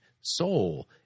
soul